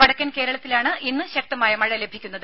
വടക്കൻ കേരളത്തിലാണ് ഇന്ന് ശക്തമായ മഴ ലഭിക്കുന്നത്